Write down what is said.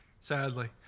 sadly